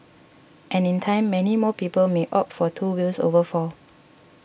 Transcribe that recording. and in time many more people may opt for two wheels over four